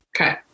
Okay